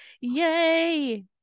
Yay